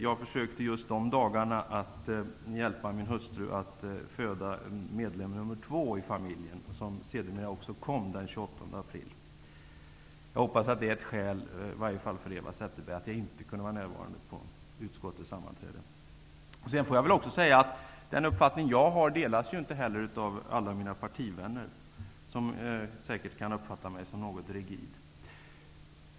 Jag försökte de aktuella dagarna att hjälpa min hustru att föda medlem nummer två i familjen, som sedermera också kom den 28 april. Jag hoppas att Eva Zetterberg tycker att det är ett tillräckligt skäl till att jag inte kunde vara närvarande vid utskottets sammanträde. Jag får väl också säga att den uppfattning som jag har inte delas av alla mina partivänner. De kan säkert uppfatta mig som något rigid.